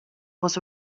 was